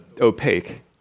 opaque